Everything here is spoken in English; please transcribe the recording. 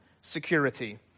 security